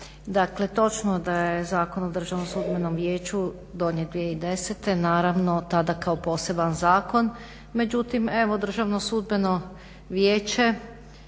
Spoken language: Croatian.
Dakle, točno je da je Zakon o Državnom sudbenom vijeću donijet 2010. Naravno, tada kao poseban zakon, međutim evo Državno sudbeno vijeće